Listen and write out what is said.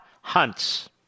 hunts